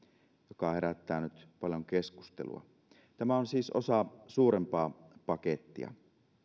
joka herättää nyt paljon keskustelua tämä on siis osa suurempaa pakettia